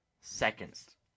seconds